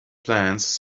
plans